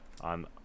on